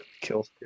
kill